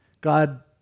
God